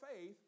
faith